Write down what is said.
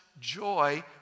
joy